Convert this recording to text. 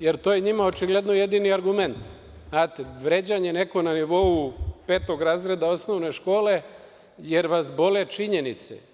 jer to je njima očigledno jedini argument, vređanje neko na nivou petog razreda osnovne škole, jer vas bole činjenice.